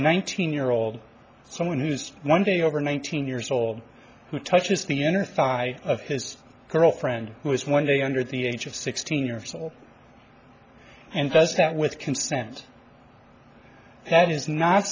nineteen year old someone who's just one day over one thousand years old who touches me inner thigh of his girlfriend who is one day under the age of sixteen years old and does that with consent that is not